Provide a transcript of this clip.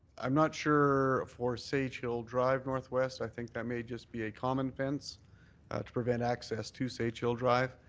i'm not sure for sage hill drive northwest, i think that may just be a common fence to prevent access to sage hill drive.